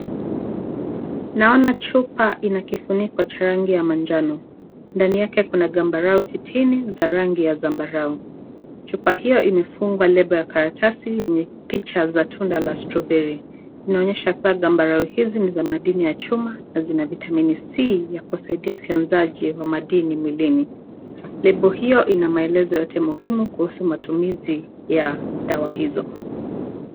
Naona chupa ina kifuniko cha rangi ya manjano. Ndani yake kuna gambarao sitini za rangi ya zambarau. Chupa hiyo imefungwa lebo ya karatasi yenye picha za tunda la stroberi. Inaonyesha kuwa gambarao hizi ni za madini ya chuma na zina vitamini C ya kusaidia vianzaji wa madini mwilini. Lebo hiyo ina maelezo yote muhimu kuhusu matumizi ya dawa hizo.